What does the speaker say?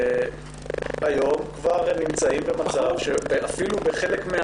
והיום כבר נמצאים במצב שאפילו בחלק מן